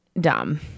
dumb